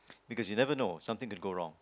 because you never know something can go wrong